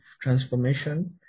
Transformation